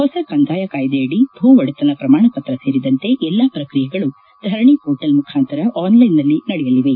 ಹೊಸ ಕಂದಾಯ ಕಾಯ್ಗೆಯಡಿ ಭೂ ಒಡೆತನ ಪ್ರಮಾಣ ಪತ್ರ ಸೇರಿದಂತೆ ಎಲ್ಲ ಪ್ರಕ್ರಿಯೆಗಳು ಧರಣಿ ಪೋರ್ಟಲ್ ಮುಖಾಂತರ ಆನ್ಲೈನ್ನಲ್ಲಿ ನಡೆಯಲಿವೆ